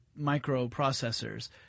microprocessors